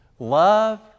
Love